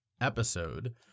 episode